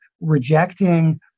rejecting